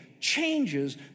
changes